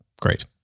Great